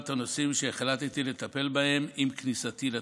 הנושאים שהחלטתי לטפל בהם עם כניסתי לתפקיד.